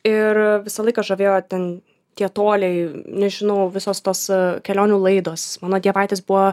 ir visą laiką žavėjo ten tie toliai nežinau visos tos kelionių laidos mano dievaitis buvo